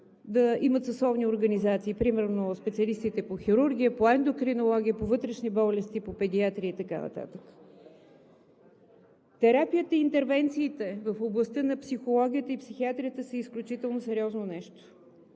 да имат съсловни организации – примерно специалистите по хирургия, по ендокринология, по вътрешни болести, по педиатрия и така нататък. Терапията и интервенциите в областта на психологията и психиатрията са изключително сериозно нещо.